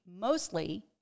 mostly